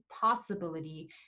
possibility